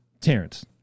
Terrence